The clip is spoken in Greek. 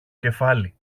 κεφάλι